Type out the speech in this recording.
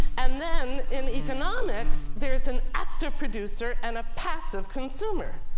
and then, in economics, there's an active producer and a passive consumer,